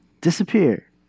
Disappear